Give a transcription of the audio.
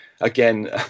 again